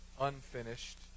unfinished